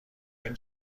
این